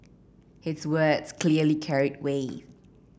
his words clearly carried weight